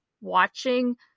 watching